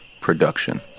Production